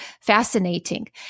fascinating